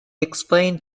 explains